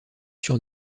sur